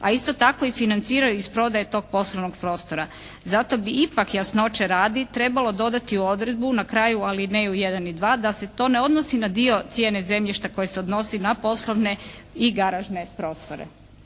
a isto tako i financira iz prodaje iz prodaje tog poslovnog prostora. Zato bih ipak jasnoće radi, trebalo dodati u odredbu na kraju alineju 1. i 2. da se to ne odnosi na dio cijene zemljišta koje se odnosi na poslovne i garažne prostore,